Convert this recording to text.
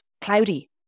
cloudy